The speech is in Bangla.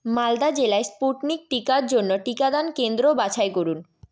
মালদা জেলায় স্পুটনিক টিকার জন্য টিকাদান কেন্দ্র বাছাই করুন